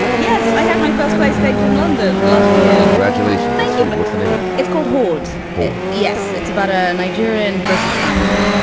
yes, i had my first place they did in london last year. and granulation. thank you what's the name of it? it's called hord horn. yes, it's about a nigerian british family.